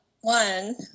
one